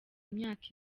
myaka